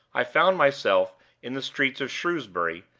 i found myself in the streets of shrewsbury,